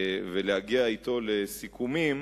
ולהגיע אתו לסיכומים